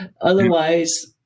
otherwise